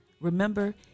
remember